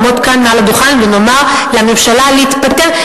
נעמוד כאן על הדוכן ונאמר לממשלה להתפטר,